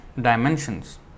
dimensions